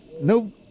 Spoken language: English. no